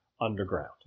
underground